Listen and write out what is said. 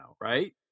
Right